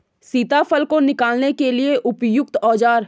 सीताफल को निकालने के लिए उपयुक्त औज़ार?